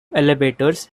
elevators